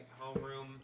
homeroom